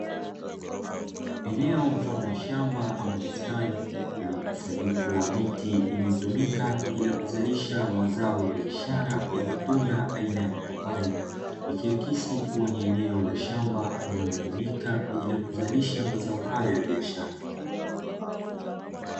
Eneo mfano wa shamba ama bustani, lenye mkusanyiko wa miti inayotumika kwa ajili ya kuzalisha mazao ya bishara ya matunda aina ya mapapai, ikiakisi kua ni eneo la shamba linalotumika kwa ajili ya kuzalisha mazao hayo ya biashara.